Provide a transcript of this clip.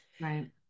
Right